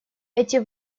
эти